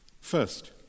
First